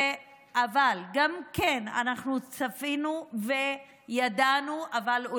אנחנו צפינו וידענו גם כן,